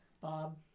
Bob